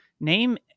Name